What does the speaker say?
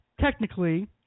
technically